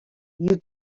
you